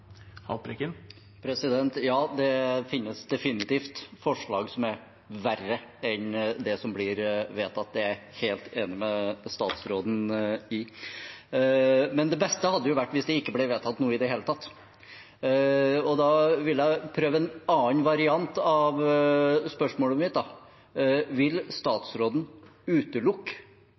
Ja, det finnes definitivt forslag som er verre enn det som blir vedtatt – det er jeg helt enig med statsråden i. Men det beste hadde jo vært om det ikke ble vedtatt noe i det hele tatt. Da vil jeg prøve en annen variant av spørsmålet mitt. Vil statsråden utelukke